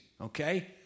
okay